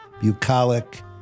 bucolic